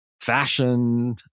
fashion